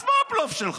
אז מה הבלוף שלך?